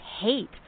hate